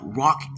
rock